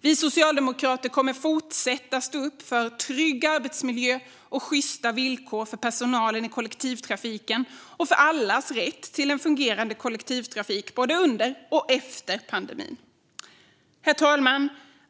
Vi socialdemokrater kommer att fortsätta att stå upp för trygg arbetsmiljö och sjysta villkor för personalen i kollektivtrafiken och för allas rätt till en fungerande kollektivtrafik både under och efter pandemin. Herr talman!